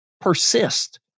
persist